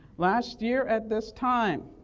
last year at this time,